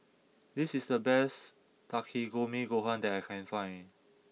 this is the best Takikomi Gohan that I can find